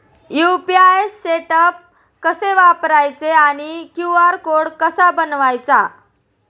UPI setup कसे करायचे आणि क्यू.आर कोड कसा बनवायचा?